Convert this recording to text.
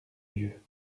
lieu